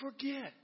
forget